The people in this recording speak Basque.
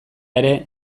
ere